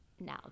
Now